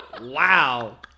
Wow